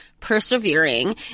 persevering